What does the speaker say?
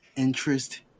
interest